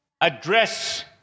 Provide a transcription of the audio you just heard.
address